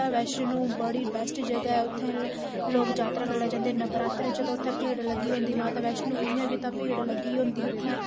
माता वैश्णो बड़ी बैस्ट जगह ऐ उत्थें लोग जात्तरा करन जंदे नवरात्रें च उत्थै भीड़ लग्गी दी होंदी माता वैश्णो इ'यां बी ते भीड़ लगी दी होंदी उत्थें